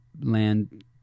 land